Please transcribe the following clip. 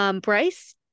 Bryce